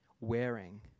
wearing